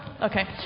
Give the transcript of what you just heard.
Okay